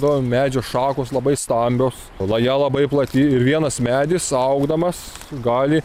to medžio šakos labai stambios laja labai plati ir vienas medis augdamas gali